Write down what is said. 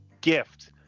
gift